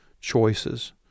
choices